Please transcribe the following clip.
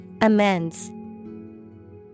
Amends